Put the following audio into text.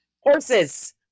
horses